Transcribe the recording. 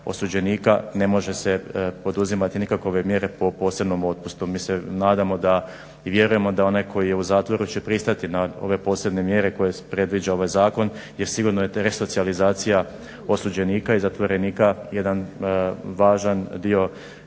ne može se poduzimati nikakove mjere po posebnom otpustu. Mi se nadamo da i vjerujemo da onaj koji je u zatvoru će pristati na ove posebne mjere koje predviđa ovaj zakon. Jer sigurno je resocijalizacija osuđenika i zatvorenika jedan važan dio